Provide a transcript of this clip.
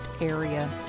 area